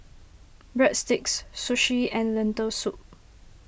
Breadsticks Sushi and Lentil Soup